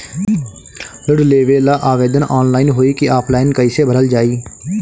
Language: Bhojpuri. ऋण लेवेला आवेदन ऑनलाइन होई की ऑफलाइन कइसे भरल जाई?